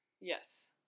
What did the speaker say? Yes